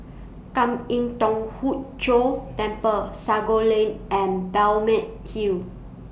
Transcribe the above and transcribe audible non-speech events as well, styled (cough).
Kwan Im Thong Hood Cho Temple Sago (unintelligible) and Balmeg Hill